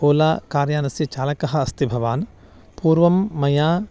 ओला कार् यानस्य चालकः अस्ति भवान् पूर्वं मया